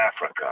Africa